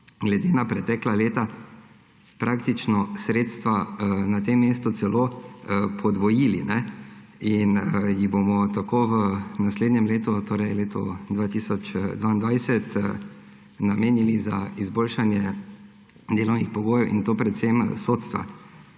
glede na pretekla leta praktično sredstva na tem mestu celo podvojili in jih bomo tako v naslednjem letu, torej v letu 2022, namenili za izboljšanje delovnih pogojev, in to predvsem sodstva.